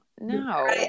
no